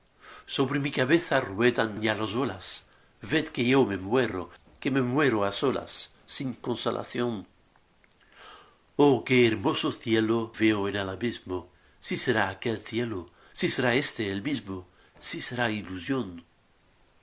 sobre mi cabeza ruedan ya las olas ved que yo me muero que me muero á solas sin consolación oh que hermoso cielo veo en el abismo si será aquél cielo si será éste el mismo si será ilusión